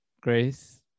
grace